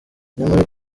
nyamara